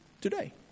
today